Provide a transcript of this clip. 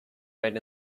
right